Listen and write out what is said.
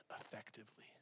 effectively